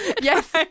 yes